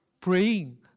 praying